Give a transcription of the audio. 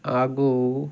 ಹಾಗೂ